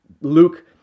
Luke